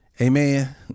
Amen